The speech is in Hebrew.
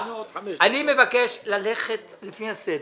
אני מבקש ללכת לפי הסדר.